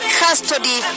custody